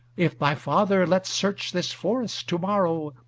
if thy father let search this forest to-morrow,